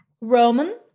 Roman